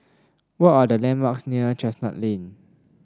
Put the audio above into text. what are the landmarks near Chestnut Lane